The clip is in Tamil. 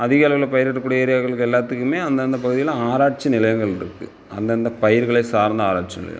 அதிக அளவில் பயிரியிடுற கூடிய ஏரியாகள் எல்லாத்துக்குமே அந்தந்த பகுதிகளில் ஆராய்ச்சி நிலையங்கள் இருக்குது அந்தந்த பயிர்களை சார்ந்த ஆராய்ச்சி நிலையம்